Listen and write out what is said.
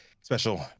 special